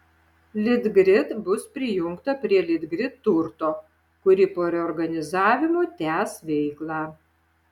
litgrid bus prijungta prie litgrid turto kuri po reorganizavimo tęs veiklą